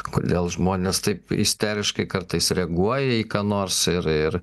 kodėl žmonės taip isteriškai kartais reaguoja į ką nors ir ir